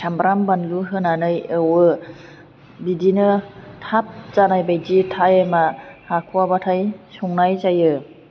सामब्राम बानलु होनानै एवयो बिदिनो थाब जानायबायदि टाइमा हाखवाबाथाय संनाय जायो